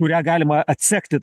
kurią galima atsekti